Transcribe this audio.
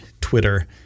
Twitter